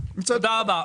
תודה רבה.